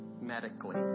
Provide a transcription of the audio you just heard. medically